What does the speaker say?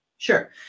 Sure